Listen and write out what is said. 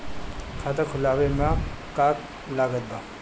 खाता खुलावे मे का का लागत बा?